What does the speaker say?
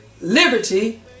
liberty